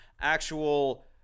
actual